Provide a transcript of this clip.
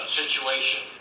situation